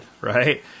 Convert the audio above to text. Right